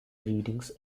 readings